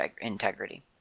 integrity